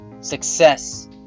success